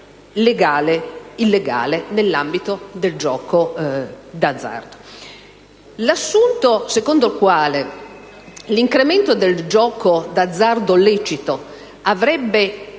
legale/illegale nell'ambito del gioco d'azzardo. L'assunto secondo il quale l'incremento del gioco d'azzardo lecito avrebbe nel